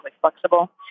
flexible